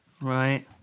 Right